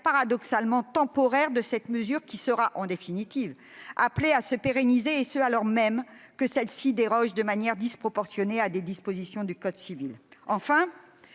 paradoxalement temporaire de cette mesure qui sera appelée à se pérenniser, et ce alors même qu'elle déroge de manière disproportionnée à des dispositions du code civil. Enfin,